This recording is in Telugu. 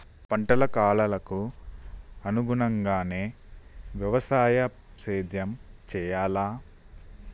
పంటల కాలాలకు అనుగుణంగానే వ్యవసాయ సేద్యం చెయ్యాలా?